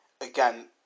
again